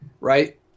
right